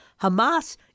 Hamas